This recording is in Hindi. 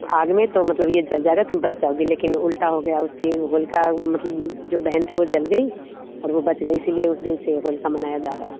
आग में तो मतलब यह जल जाएगा तुम बच जाओगी लेकिन उल्टा हो गया उसकी होलिका मतलब जो बहन थी वह जल गई और वह बच गए इसीलिए उस दिन से होलिका मनाया जा रहा है